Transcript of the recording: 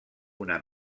una